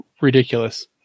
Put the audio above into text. ridiculous